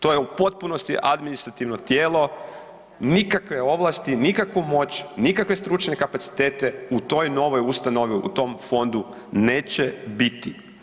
To je u potpunosti administrativno tijelo, nikakve ovlasti, nikakvu moć, nikakve stručne kapacitete u toj novoj ustanovi, u tom fondu neće biti.